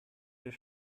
des